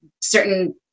certain